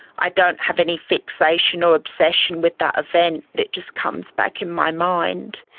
i don't have any fixation or obsession with that event, it just comes back in my mind.